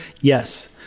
yes